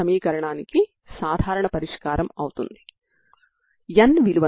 n యొక్క ప్రతి విలువకి మీపరిష్కారాలు unxt ఏమవుతాయి